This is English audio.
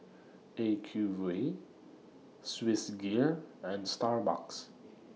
Acuvue Swissgear and Starbucks